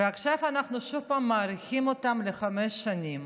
ועכשיו אנחנו שוב פעם מאריכים אותן לחמש שנים.